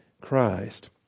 Christ